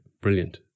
brilliant